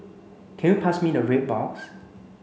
can you pass me the red box